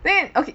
then okay